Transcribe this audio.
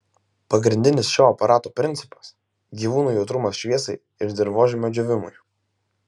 pagrindinis šio aparato principas gyvūnų jautrumas šviesai ir dirvožemio džiūvimui